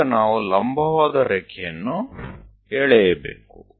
ಈಗ ನಾವು ಲಂಬವಾದ ರೇಖೆಯನ್ನು ಎಳೆಯಬೇಕು